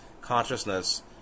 consciousness